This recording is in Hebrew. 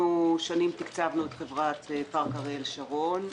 שנים תקצבנו את חברת פארק אריאל שרון.